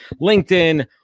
LinkedIn